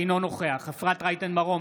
אינו נוכח אפרת רייטן מרום,